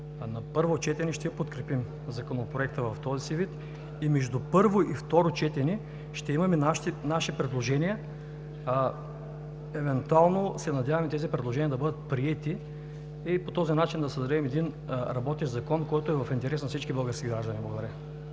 на първо четене ще подкрепим Законопроекта в този си вид и между първо и второ четене ще имаме наши предложения. Евентуално се надяваме тези предложения да бъдат приети и по този начин да създадем един работещ закон, който е в интерес на всички български граждани. Благодаря.